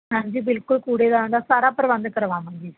ਹਾਂਜੀ ਬਿਲਕੁਲ ਕੂੜੇਦਾਨ ਦਾ ਸਾਰਾ ਪ੍ਰਬੰਧ ਕਰਵਾਵਾਂਗੇ ਜੀ